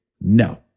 No